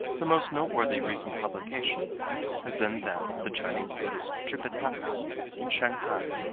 the most noteworthy recent publication has been that of the chinese buddhist tripitaka in shanghai.